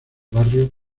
barrio